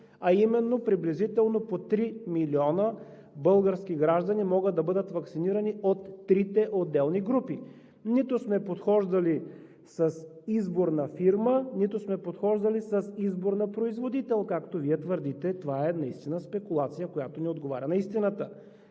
а именно приблизително по три милиона български граждани могат да бъдат ваксинирани от трите отделни групи. Нито сме подхождали с избор на фирма, нито сме подхождали с избор на производител, както Вие твърдите. Това е наистина спекулация, която не отговаря на истината.